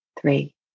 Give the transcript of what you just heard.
Three